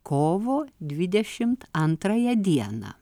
kovo dvidešimt antrąją dieną